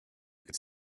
could